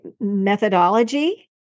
methodology